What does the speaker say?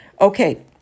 Okay